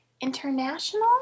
International